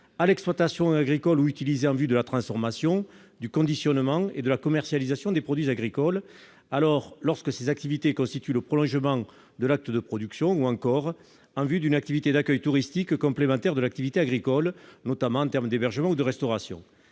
à l'exploitation agricole, ou utilisées en vue de la transformation, du conditionnement et de la commercialisation des produits agricoles, lorsque ces activités constituent le prolongement de l'acte de production, ou encore en vue d'une activité d'accueil touristique complémentaire de l'activité agricole, notamment pour l'hébergement et la restauration.